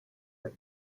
are